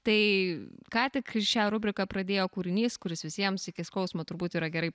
tai ką tik šią rubriką pradėjo kūrinys kuris visiems iki skausmo turbūt yra gerai